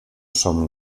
som